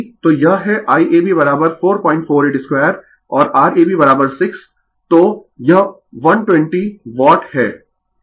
तो यह है Iab448 2 और R ab6 तो यह 120 वाट है